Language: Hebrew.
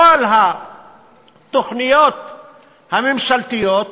בכל התוכניות הממשלתיות אומרים: